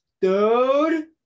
dude